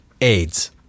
AIDS